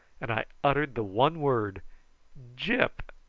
and i uttered the one word gyp!